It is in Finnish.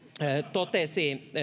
totesi